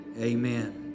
amen